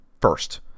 First